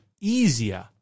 easier